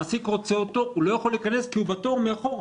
המעסיק רוצה אותו הוא לא יכול להיכנס כי הוא בתור מאחור.